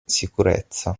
sicurezza